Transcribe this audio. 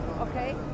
Okay